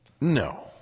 No